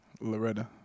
Loretta